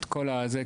את כל הזה,